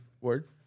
Word